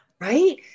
Right